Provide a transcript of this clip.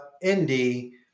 Indy